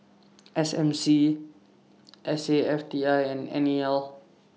S M C S A F T I and N E L